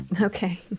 okay